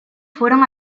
fueron